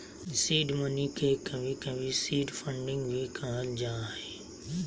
seed money के कभी कभी सीड फंडिंग भी कहल जा हय